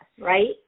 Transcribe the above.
right